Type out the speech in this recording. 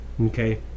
okay